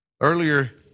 Earlier